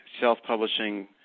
self-publishing